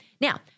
now